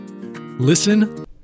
Listen